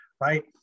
right